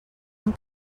amb